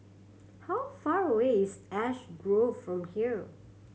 how far away is Ash Grove from here